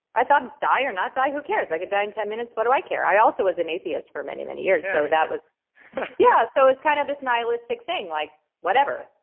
i thought, die or not die who cares? i could die in ten minutes what do i care? i also was an atheist for many, many years so that was yeah, so it's kind of this nihilistic thing, like, whatever,